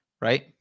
Right